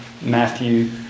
Matthew